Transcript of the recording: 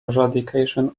eradication